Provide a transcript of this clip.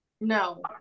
No